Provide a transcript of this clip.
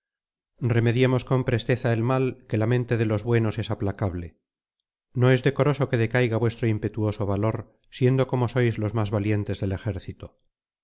la ilíada teza el mal que la mente de los buenos es aplacable no es decoroso que decaiga vuestro impetuoso valor siendo como sois los más valientes del ejército